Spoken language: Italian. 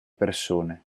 persone